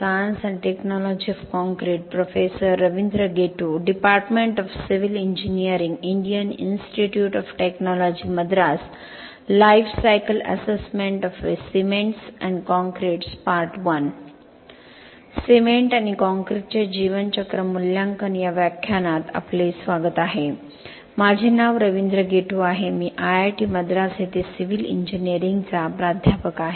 cement आणि काँक्रीटचे जीवन चक्र मूल्यांकन या व्याख्यानात आपले स्वागत आहे माझे नाव रवींद्र गेटू आहे मी IIT मद्रास येथे सिव्हिल इंजिनिअरिंगचा प्राध्यापक आहे